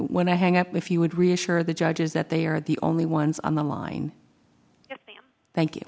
when i hang up if you would reassure the judges that they are the only ones on the line thank you